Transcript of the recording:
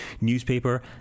newspaper